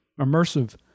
immersive